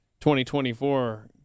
2024